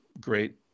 great